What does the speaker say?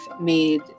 made